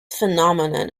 phenomenon